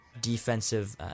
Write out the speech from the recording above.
defensive